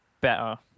better